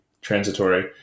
transitory